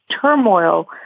turmoil